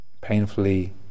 painfully